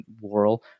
world